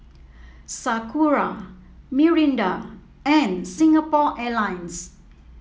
Sakura Mirinda and Singapore Airlines